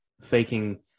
faking